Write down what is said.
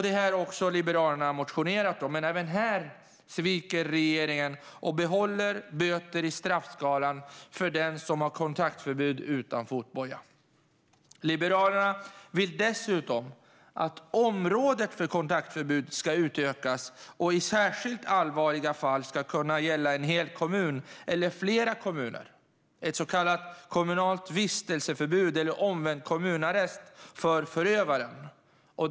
Det har också Liberalerna motionerat om, men även här sviker regeringen och behåller böter i straffskalan för den som har kontaktförbud utan fotboja. Liberalerna vill dessutom att området för kontaktförbud ska utökas och i särskilt allvarliga fall kunna gälla en hel kommun eller flera kommuner - ett så kallat kommunalt vistelseförbud eller en omvänd kommunarrest för förövaren.